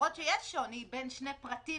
למרות שיש שוני בין שני פרטים